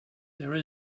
there